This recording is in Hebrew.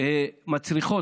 מצליחות.